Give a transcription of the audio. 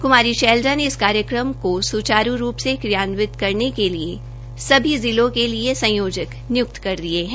कुमारी सैलजा ने इस कार्यक्रम को सुचारू रूप से क्रियान्वित करने के लिए सभी जिलों के लिए संयोजक नियुक्त कर दिए हैं